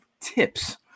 tips